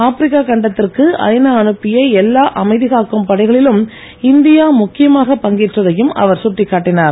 Africa கண்டத்திற்கு ஐநா அனுப்பிய எல்லா அமைதிகாக்கும் படைகளிலும் இந்தியா முக்கியமாக பங்கேற்றதையும் அவர் சுட்டிக்காட்டினார்